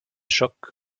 choc